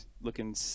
looking